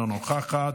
אינה נוכחת.